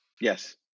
Yes